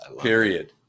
period